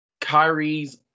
Kyrie's